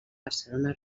barcelona